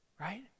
right